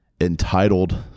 entitled